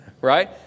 right